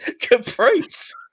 Caprice